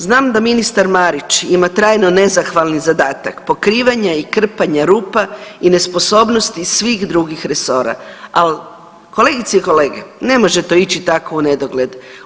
Znam da ministar Marić ima trajno nezahvalni zadatak pokrivanja i krpanja rupa i nesposobnosti svih drugih resora, ali kolegice i kolege ne može to ići tako u nedogled.